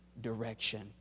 direction